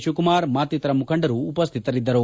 ಶಿವಕುಮಾರ್ ಮತ್ತಿತರ ಮುಖಂಡರು ಉಪಶ್ವಿತರಿದ್ದರು